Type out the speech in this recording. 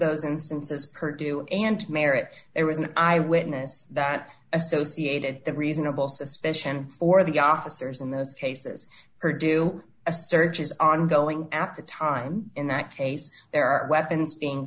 those instances purdue and merrick there was an eyewitness that associated the reasonable suspicion for the officers in those cases or do a search is ongoing at the time in that case there are weapons being